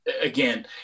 again